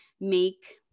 make